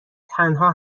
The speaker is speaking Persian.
تنها